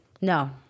No